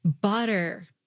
Butter